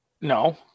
No